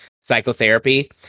psychotherapy